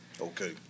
Okay